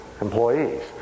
employees